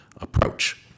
approach